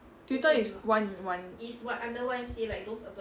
tutor is one one